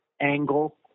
angle